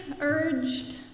urged